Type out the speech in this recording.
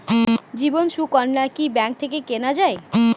জীবন সুকন্যা কি ব্যাংক থেকে কেনা যায়?